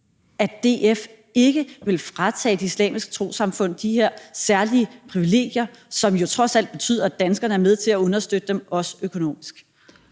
at DF ikke vil fratage de islamiske trossamfund de her særlige privilegier, som jo trods alt betyder, at danskerne er med til at understøtte dem, også økonomisk.